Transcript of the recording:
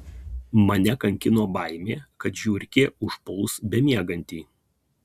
mane kankino baimė kad žiurkė užpuls bemiegantį